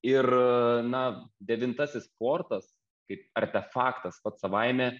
ir na devintasis fortas kaip artefaktas pats savaime